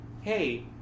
Hey